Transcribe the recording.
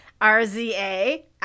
R-Z-A